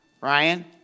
Ryan